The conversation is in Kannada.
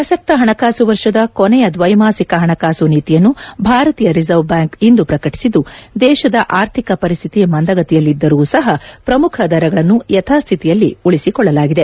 ಪ್ರಸಕ್ತ ಹಣಕಾಸು ವರ್ಷದ ಕೊನೆಯ ದ್ವೈಮಾಸಿಕ ಹಣಕಾಸು ನೀತಿಯನ್ನು ಭಾರತೀಯ ರಿಸರ್ವ್ ಬ್ಯಾಂಕ್ ಇಂದು ಪ್ರಕಟಿಸಿದ್ದು ದೇಶದ ಆರ್ಥಿಕ ಪರಿಸ್ಥಿತಿ ಮಂದಗತಿಯಲ್ಲಿದ್ದರೂ ಸಹ ಪ್ರಮುಖ ದರಗಳನ್ನು ಯಥಾಸ್ಥಿತಿಯಲ್ಲಿ ಉಳಿಸಿಕೊಳ್ಳಲಾಗಿದೆ